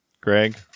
Greg